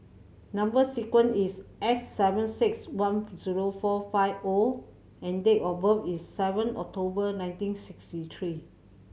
number sequence is S seven six one zero four five O and date of birth is seven October nineteen sixty three